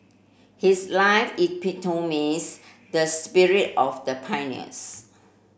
his life epitomised the spirit of the pioneers